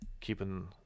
keeping